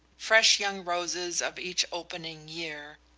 fresh young roses of each opening year,